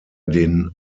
den